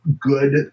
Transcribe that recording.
good